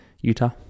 Utah